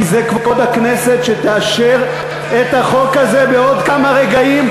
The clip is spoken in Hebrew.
כי זה כבוד הכנסת שתאשר את החוק הזה בעוד כמה רגעים,